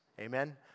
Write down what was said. Amen